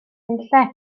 unlle